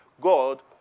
God